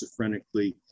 schizophrenically